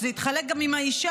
שזה יתחלק גם עם האישה.